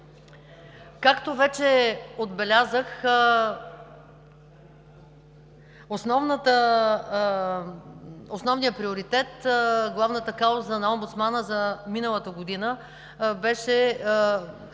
Както вече отбелязах, основният приоритет, главната кауза на омбудсмана за миналата година беше борбата